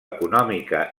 econòmica